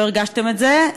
לא הרגשתם את זה,